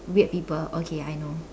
weird people okay I know